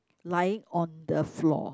lying on the floor